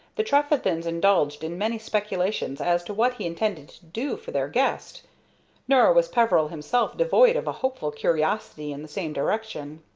the trefethens indulged in many speculations as to what he intended to do for their guest nor was peveril himself devoid of a hopeful curiosity in the same direction.